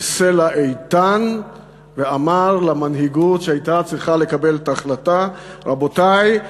כסלע איתן ואמר למנהיגות שהייתה צריכה לקבל את ההחלטה: רבותי,